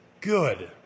Good